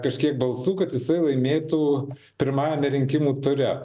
kažkiek balsų kad jisai laimėtų pirmajame rinkimų ture